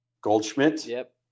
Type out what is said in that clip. Goldschmidt